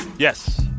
Yes